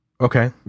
Okay